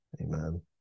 Amen